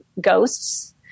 Ghosts